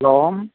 hello